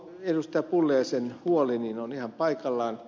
pulliaisen huoli on ihan paikallaan